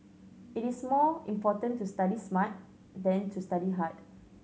it is more important to study smart than to study hard